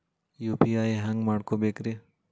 UPI ಹ್ಯಾಂಗ ಮಾಡ್ಕೊಬೇಕ್ರಿ?